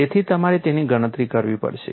તેથી તમારે તેની ગણતરી કરવી પડશે